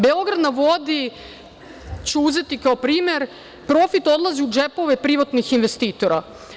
Beograd na vodi“ ću uzeti kao primer, profit odlazi u džepove privatnih investitora.